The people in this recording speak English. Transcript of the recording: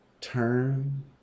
turn